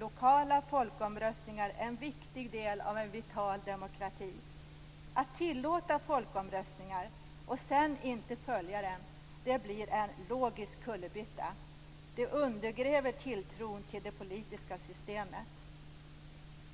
lokala folkomröstningar en viktig del av en vital demokrati. Att tillåta folkomröstningar och sedan inte följa dem blir en logisk kullerbytta. Det undergräver tilltron till det politiska systemet.